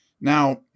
Now